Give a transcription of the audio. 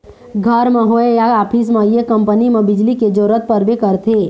घर म होए या ऑफिस म ये कंपनी म बिजली के जरूरत परबे करथे